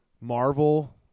Marvel